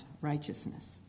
righteousness